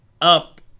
up